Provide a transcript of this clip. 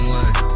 one